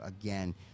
again